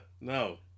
no